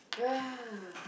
uh